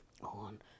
on